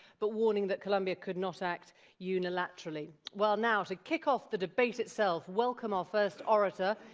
but warning that colombia could not act unilaterally. well now to kick off the debate itself, welcome our first orator.